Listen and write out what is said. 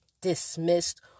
dismissed